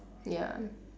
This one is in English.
ya